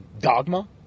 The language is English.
dogma